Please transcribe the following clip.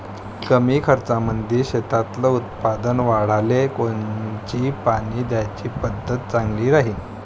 कमी खर्चामंदी शेतातलं उत्पादन वाढाले कोनची पानी द्याची पद्धत चांगली राहीन?